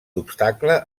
obstacle